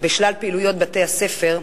בשלל פעילויות בבית-הספר.